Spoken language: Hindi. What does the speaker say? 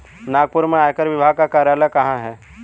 नागपुर में आयकर विभाग का कार्यालय कहाँ है?